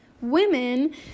women